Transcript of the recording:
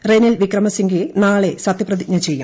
റെനിൽ വിക്രമസിൻഗെ നാളെ സത്യപ്രതിജ്ഞ ചെയ്യും